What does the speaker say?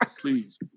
Please